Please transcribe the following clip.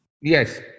Yes